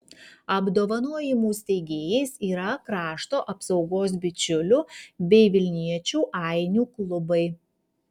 apdovanojimų steigėjais yra krašto apsaugos bičiulių bei vilniečių ainių klubai